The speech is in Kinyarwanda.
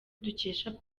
dukesha